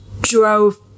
drove